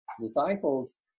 disciples